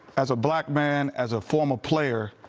as a black man, as a former player,